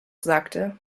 sagte